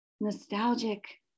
nostalgic